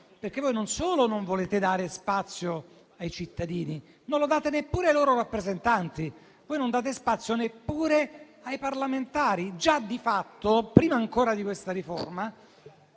perché voi non solo non volete dare spazio ai cittadini, ma non lo date neppure ai loro rappresentanti: voi non date spazio neppure ai parlamentari. Già di fatto, prima ancora di questa riforma,